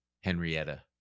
Henrietta